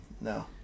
no